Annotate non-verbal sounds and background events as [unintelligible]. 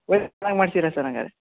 [unintelligible] ಚೆನ್ನಾಗಿ ಮಾಡ್ಸೀರ ಸರ್ ಹಂಗಾರೆ